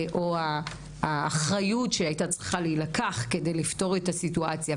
או האחריות שהייתה צריכה להילקח כדי לפתור את הסיטואציה,